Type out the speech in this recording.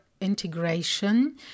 Integration